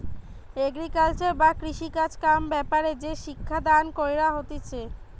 agriculture বা কৃষিকাজ কাম ব্যাপারে যে শিক্ষা দান কইরা হতিছে